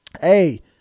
hey